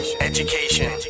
education